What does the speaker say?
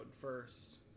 first